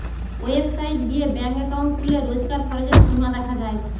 website গিয়ে bank account খুললে রোজকার খরচের সীমা দেখা যায়